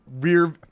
rear